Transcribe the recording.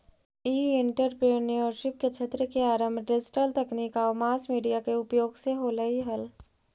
ई entrepreneurship क्क्षेत्र के आरंभ डिजिटल तकनीक आउ मास मीडिया के उपयोग से होलइ हल